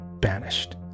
banished